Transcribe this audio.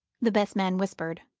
the best man whispered.